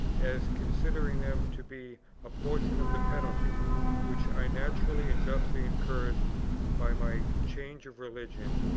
as considering them to be a portion of the penalty which i naturally and justly incurred by my change of religion,